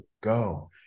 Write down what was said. go